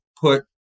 put